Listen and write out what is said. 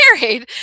married